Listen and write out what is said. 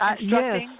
Yes